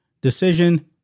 decision